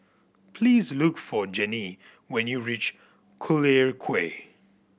please look for Janie when you reach Collyer Quay